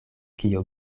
kio